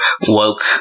woke